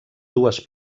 dues